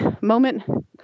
moment